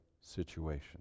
situation